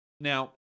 Now